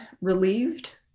relieved